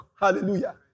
hallelujah